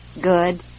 Good